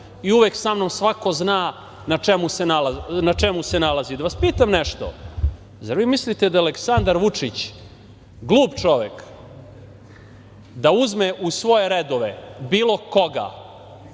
i uvek sa mnom svako zna na čemu se nalazi. Da vas pitam nešto – zar vi mislite da je Aleksandar Vučić glup čovek da uzme u svoje redove bilo koga